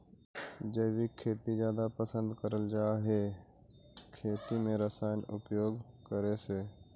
जैविक खेती जादा पसंद करल जा हे खेती में रसायन उपयोग करे से